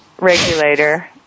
regulator